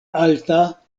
alta